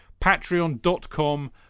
Patreon.com